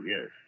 yes